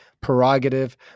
prerogative